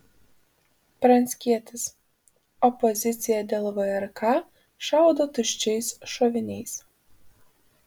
pranckietis opozicija dėl vrk šaudo tuščiais šoviniais